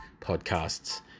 podcasts